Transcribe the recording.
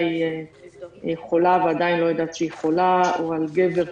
היא חולה ועדיין לא יודעת שהיא חולה או על גבר,